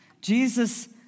Jesus